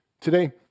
today